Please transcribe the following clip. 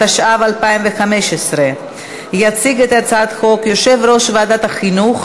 התשע"ו 2015. יציג את הצעת החוק יושב-ראש ועדת החינוך,